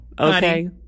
Okay